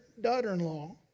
daughter-in-law